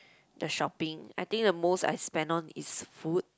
the shopping I think the most I spent on is food